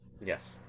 yes